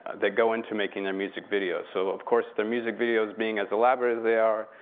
that go into making their music videos. so of course, their music videos being as elaborate as they are,